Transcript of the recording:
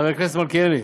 חבר הכנסת מלכיאלי,